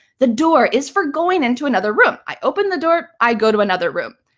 the door is for going into another room. i open the door, i go to another room.